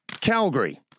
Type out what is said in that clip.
Calgary